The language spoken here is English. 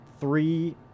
three